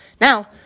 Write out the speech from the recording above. Now